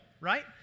right